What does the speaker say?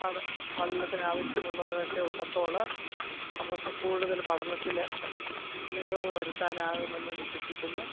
പഠ പഠനത്തിന് ആവശ്യമുള്ളത് ഒക്കെ ഉള്ളപ്പോള് അവർക്ക് കൂടുതല് പഠനത്തില് മികവ് വരുത്താനാകുമെന്നു വിശ്വസിക്കുന്നു